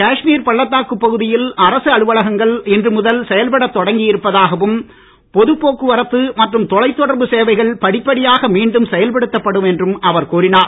காஷ்மீர் பள்ளத்தாக்கு பகுதியில் அரசு அலுவலகங்கள் இன்று முதல் செயல்பட தொடங்கி இருப்பதாகவும் பொது போக்குவரத்து மற்றும் தொலைத் தொடர்பு சேவைகள் படிப்படியாக மீண்டும் செயல்படுத்தப்படும் என்றும் அவர் கூறினார்